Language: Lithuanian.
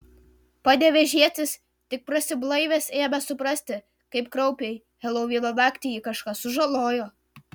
panevėžietis tik prasiblaivęs ėmė suprasti kaip kraupiai helovino naktį jį kažkas sužalojo